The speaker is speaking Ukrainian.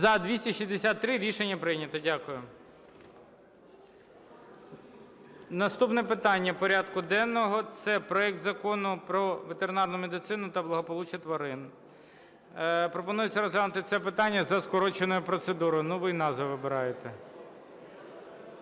За-263 Рішення прийнято. Дякую. Наступне питання порядку денного – це проект Закону про ветеринарну медицину та благополуччя тварин. Пропонується розглянути це питання за скороченою процедурою. Ну, ви і назви вибираєте.